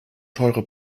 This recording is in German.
teure